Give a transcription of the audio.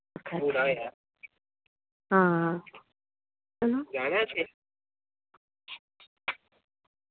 आं